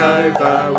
over